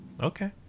Okay